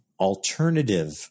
alternative